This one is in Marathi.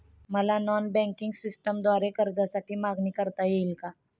मला नॉन बँकिंग सिस्टमद्वारे कर्जासाठी मागणी करता येईल का?